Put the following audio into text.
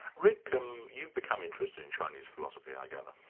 rick, um you've become interested in chinese philosophy i gather.